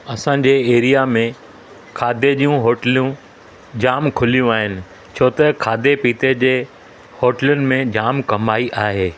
असांजे एरिया में खाधे जूं होटलियूं जाम खुलियूं आहिनि छो त खाधे पीते जे होटलियुनि में जाम कमाई आहे